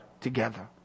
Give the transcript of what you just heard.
together